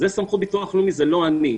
זו סמכות של ביטוח לאומי וזה לא אני.